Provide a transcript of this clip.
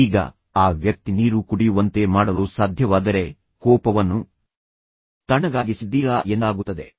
ಈಗ ನೀವು ಆ ವ್ಯಕ್ತಿಯನ್ನು ನೀರು ಕುಡಿಯುವಂತೆ ಮಾಡಲು ಸಾಧ್ಯವಾದರೆ ನೀವು ನಿಜವಾಗಿಯೂ ಆ ವ್ಯಕ್ತಿಯ ಕೋಪವನ್ನು ತಣ್ಣಗಾಗಿಸಿದ್ದೀರಾ ಎಂದಾಗುತ್ತದೆ